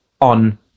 on